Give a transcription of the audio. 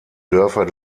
dörfer